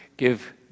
Give